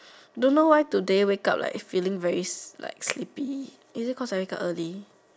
don't know why today wake up like feeling very like sleepy is it cause I wake up early